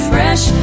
Fresh